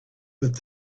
but